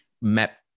map